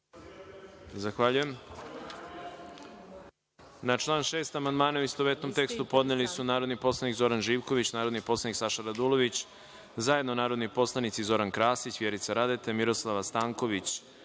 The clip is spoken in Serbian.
Zahvaljujem. Na član 6. amandmane, u istovetnom tekstu, podneli su narodni poslanik Zoran Živković, narodni poslanik Saša Radulović, zajedno narodni poslanici Zoran Krasić, Vjerica Radeta, Miroslava Stanković